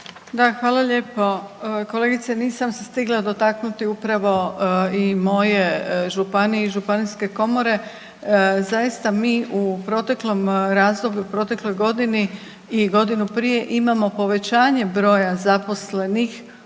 Da, hvala lijepo. Kolegice nisam se stigla dotaknuti upravo i moje županije i županijske komore. Zaista mi u proteklom razdoblju, u protekloj godini i godinu prije imamo povećanje broja zaposlenih u